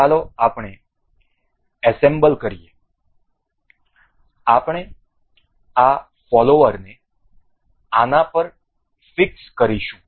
ચાલો આપણે એસેમ્બલ કરીએ આપણે આ ફોલોવરને આના પર ફિક્સ કરીશું